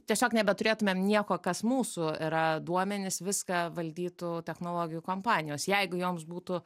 tiesiog nebeturėtumėm nieko kas mūsų yra duomenys viską valdytų technologijų kompanijos jeigu joms būtų